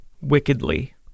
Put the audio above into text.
wickedly